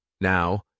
Now